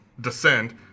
descend